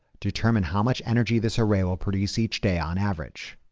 determine how much energy this array will produce each day on average.